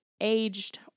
aged